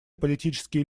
политические